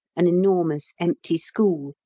an enormous empty school,